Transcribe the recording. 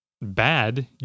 bad